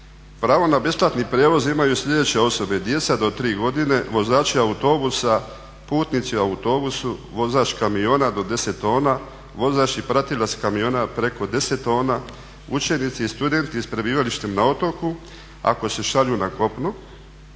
"Pravo na besplatni prijevoz imaju sljedeće osobe: djeca do 3 godine, vozači autobusa, putnici u autobusu, vozač kamiona do 10 tona, vozač i pratilac kamiona preko 10 tona, učenici i studenti s prebivalištem na otoku ako se šalju na kopno,